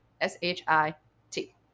s-h-i-t